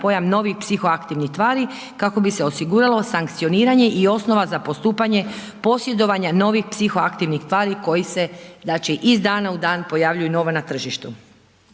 pojam novih psihoaktivnih tvari kako bi se osiguralo sankcioniranje i osnova za postupanje posjedovanja novih psihoaktivnih tvari koji se znači iz dana u dan pojavljuju nova na tržištu.